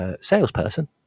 Salesperson